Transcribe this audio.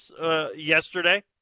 yesterday